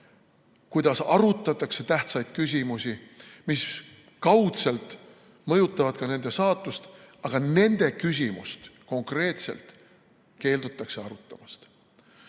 kuidas arutatakse tähtsaid küsimusi, mis kaudselt mõjutavad ka nende saatust, aga nende küsimust konkreetselt keeldutakse arutamast.